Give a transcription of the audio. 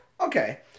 Okay